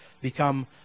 become